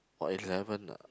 orh eleven ah